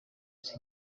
isi